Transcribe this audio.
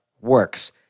works